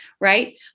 right